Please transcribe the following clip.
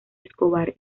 escobar